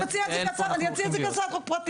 ואני אציע את זה כהצעת חוק פרטית.